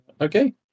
Okay